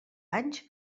anys